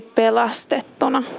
pelastettuna